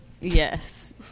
Yes